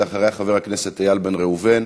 אחריה, חבר הכנסת איל בן ראובן.